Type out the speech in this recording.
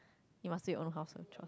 you must do your own household job